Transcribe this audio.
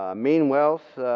ah mean wealth